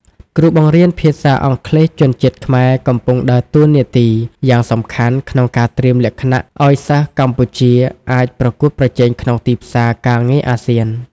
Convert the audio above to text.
គ្រូបង្រៀនភាសាអង់គ្លេសជនជាតិខ្មែរកំពុងដើរតួនាទីយ៉ាងសំខាន់ក្នុងការត្រៀមលក្ខណៈឱ្យសិស្សកម្ពុជាអាចប្រកួតប្រជែងក្នុងទីផ្សារការងារអាស៊ាន។